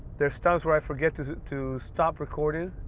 there's times where i forget to stop recording,